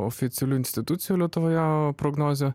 oficialių institucijų lietuvoje prognozę